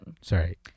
sorry